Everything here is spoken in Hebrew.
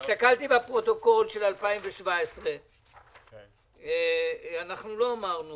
הסתכלתי בפרוטוקול של 2017. לא אמרנו